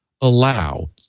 allow